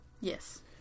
Yes